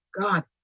god